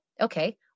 Okay